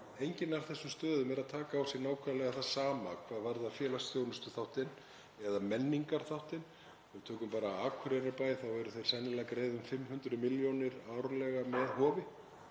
enginn af þessum stöðum er að taka á sig nákvæmlega það sama hvað varðar félagsþjónustuþáttinn eða menningarþáttinn. Ef við tökum bara Akureyrarbæ er hann sennilega að greiða um 500 milljónir árlega með Hofi,